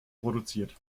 produziert